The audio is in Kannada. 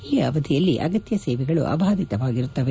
ಈ ಅವಧಿಯಲ್ಲಿ ಅಗತ್ಯ ಸೇವೆಗಳು ಅಬಾಧಿತವಾಗಿರುತ್ತವೆ